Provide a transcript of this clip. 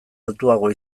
altuagoa